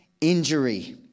injury